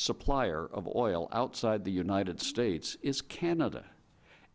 supplier of oil outside the united states is canada